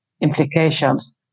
implications